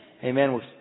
Amen